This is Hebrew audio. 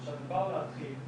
לכן זה פחות מטריד אותי.